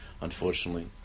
unfortunately